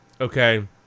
okay